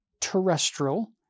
terrestrial